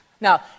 Now